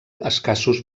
escassos